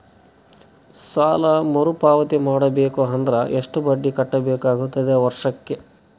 ಸಾಲಾ ಮರು ಪಾವತಿ ಮಾಡಬೇಕು ಅಂದ್ರ ಎಷ್ಟ ಬಡ್ಡಿ ಕಟ್ಟಬೇಕಾಗತದ ವರ್ಷಕ್ಕ?